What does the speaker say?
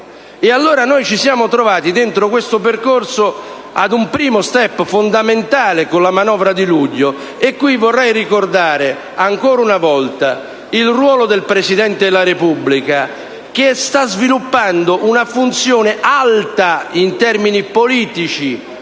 allora ci siamo trovati, dentro questo percorso, ad un primo *step* fondamentale con la manovra di luglio, e qui vorrei ricordare ancora una volta il ruolo del Presidente della Repubblica, che sta sviluppando una funzione alta in termini politici,